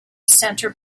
centre